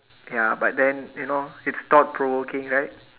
ya but then you know it's thought provoking right